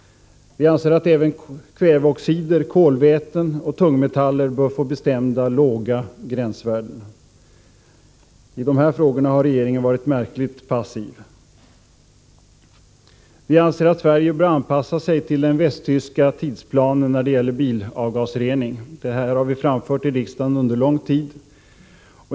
Vi anser att även kväveoxider, kolväten och tungmetaller bör få bestämda, låga gränsvärden. I dessa frågor har regeringen varit märkligt passiv. Vi anser att Sverige bör anpassa sig till den västtyska tidsplanen när det gäller bilavgasrening. Detta har vi framfört i riksdagen under lång tid.